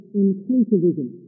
inclusivism